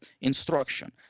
instruction